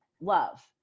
love